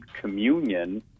communion